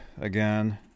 again